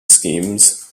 schemes